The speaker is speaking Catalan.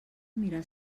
mirar